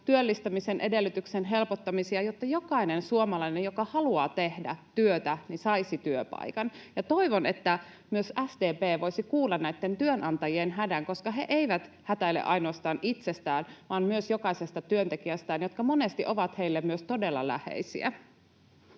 työllistämisen edellytysten helpottamisia, jotta jokainen suomalainen, joka haluaa tehdä työtä, saisi työpaikan. Toivon, että myös SDP voisi kuulla näitten työnantajien hädän, koska he eivät hätäile ainoastaan itsestään vaan myös jokaisesta työntekijästään, jotka monesti ovat heille myös todella läheisiä.